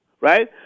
right